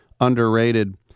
Underrated